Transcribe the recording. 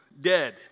dead